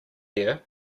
there